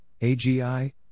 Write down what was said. AGI